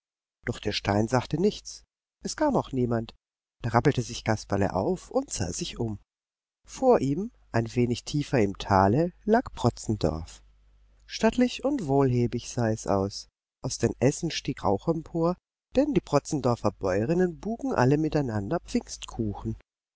doch der stein sagte nichts es kam auch niemand da rappelte sich kasperle auf und sah sich um vor ihm ein wenig tiefer im tale lag protzendorf stattlich und wohlhäbig sah es aus aus den essen stieg rauch empor denn die protzendorfer bäuerinnen buken alle miteinander